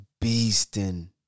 beasting